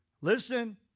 listen